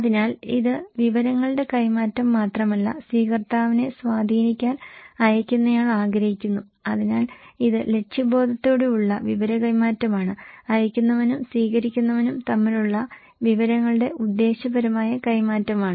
അതിനാൽ ഇത് വിവരങ്ങളുടെ കൈമാറ്റം മാത്രമല്ല സ്വീകർത്താവിനെ സ്വാധീനിക്കാൻ അയയ്ക്കുന്നയാൾ ആഗ്രഹിക്കുന്നു അതിനാൽ ഇത് ലക്ഷ്യബോധത്തോടെയുള്ള വിവര കൈമാറ്റമാണ് അയയ്ക്കുന്നവരും സ്വീകരിക്കുന്നവരും തമ്മിലുള്ള വിവരങ്ങളുടെ ഉദ്ദേശ്യപരമായ കൈമാറ്റമാണ്